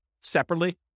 separately